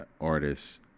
artists